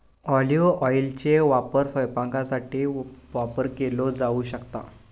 olive ऑइलचो वापर स्वयंपाकासाठी वापर केलो जाऊ शकता